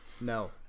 No